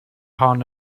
hon